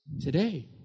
today